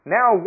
Now